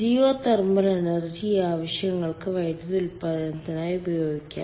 geothermal energy ഈ ആവശ്യങ്ങൾക്ക് വൈദ്യുതി ഉൽപ്പാദനത്തിനായി ഉപയോഗിക്കാം